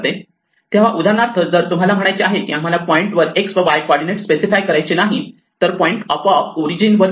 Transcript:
तेव्हा उदाहरणार्थ जर तुम्हाला म्हणायचे आहे की आम्हाला पॉईंट वर x व y कॉर्डीनेट स्पेसिफाय करायचे नाही तर पॉईंट आपोआप ओरिजिन वर येईन